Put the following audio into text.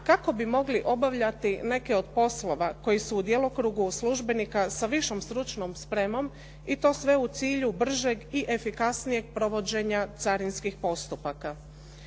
kako bi mogli obavljati neke od poslova koji su u djelokrugu službenika sa višom stručnom spremom i to sve u cilju bržeg i efikasnijeg provođenja carinskih postupaka.